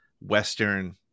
Western